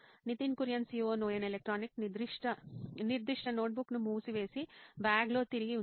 Nitin Kurian COO నోయిన్ electronics నిర్దిష్ట నోట్బుక్ను మూసివేసి బ్యాగ్లో తిరిగి ఉంచండి